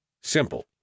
Simple